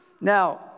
Now